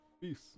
Peace